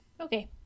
Okay